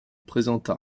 présenta